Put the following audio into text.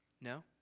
No